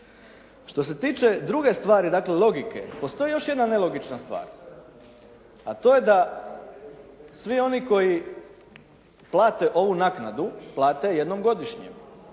Što se tiče druge stvari dakle logike postoji još jedna nelogična stvar a to je da svi oni koji plate ovu naknadu plate je jednom godišnje